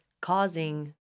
causing